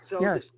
Yes